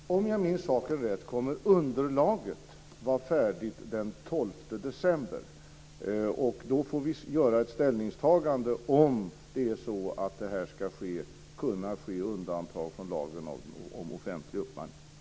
Fru talman! Om jag minns saken rätt kommer underlaget att vara färdigt den 12 december. Då får vi göra ett ställningstagande om det är så att det här ska kunna ske undantag från lagen om offentlig upphandling.